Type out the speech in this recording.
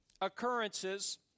occurrences